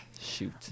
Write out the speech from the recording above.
shoot